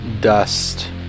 dust